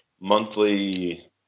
monthly